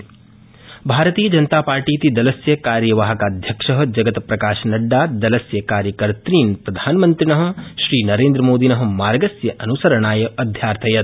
जगतप्रकाशनड्डा भारतीयजनतापार्टीति दलस्य कार्यवहाकाध्यक्ष जगतप्रकाशनड्डा दलस्य कार्यकर्तातृन् प्रधानमन्त्रिण नरेन्द्रमोदिन मार्गस्य अनुसराणाय अध्यार्थयत्